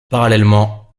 parallèlement